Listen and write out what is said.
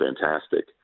fantastic